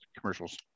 commercials